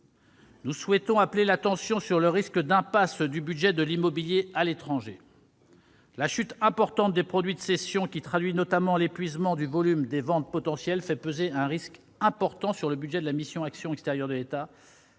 Nous souhaitons appeler l'attention sur le risque d'impasse du budget de l'immobilier à l'étranger. La chute importante des produits de cessions, qui traduit notamment l'épuisement du volume de ventes potentielles, fait peser un risque important sur le budget de la mission « Action extérieure de l'État